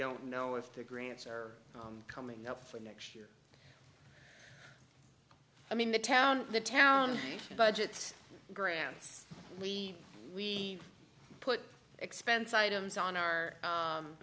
don't know if the grants are coming up for next year i mean the town the town budgets grants we we put expense items on our